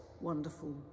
wonderful